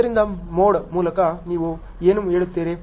ಆದ್ದರಿಂದ ಮೋಡ್ ಮೂಲಕ ನೀವು ಏನು ಹೇಳುತ್ತೀರಿ